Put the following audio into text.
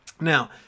Now